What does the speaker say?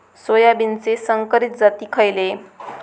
सोयाबीनचे संकरित जाती खयले?